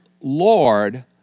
Lord